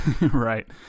Right